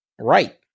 Right